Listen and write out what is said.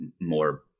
more